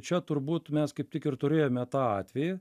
čia turbūt mes kaip tik ir turėjome tą atvejį